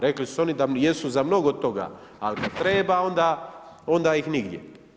Rekli su oni da jesu za mnogo toga, ali kada treba onda ih nigdje.